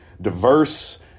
diverse